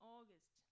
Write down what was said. August